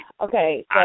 Okay